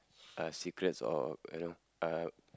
uh secrets or you know uh